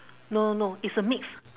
no no it's a mix